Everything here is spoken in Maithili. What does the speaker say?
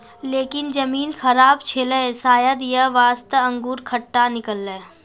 लेकिन जमीन खराब छेलै शायद यै वास्तॅ अंगूर खट्टा निकललै